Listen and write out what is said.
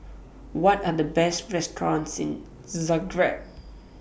What Are The Best restaurants in Zagreb